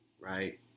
Right